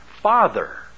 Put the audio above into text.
Father